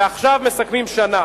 ועכשיו מסכמים שנה.